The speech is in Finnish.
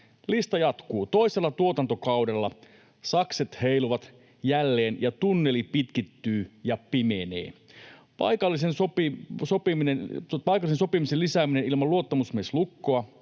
Lista jatkuu, eli toisella tuotantokaudella sakset heiluvat jälleen ja tunneli pitkittyy ja pimenee: Paikallisen sopimisen lisääminen ilman luottamusmieslukkoa,